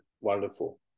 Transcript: wonderful